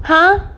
!huh!